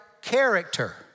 character